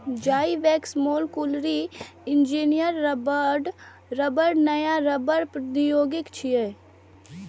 Zyvex molecularly engineered रबड़ नया रबड़ प्रौद्योगिकी छियै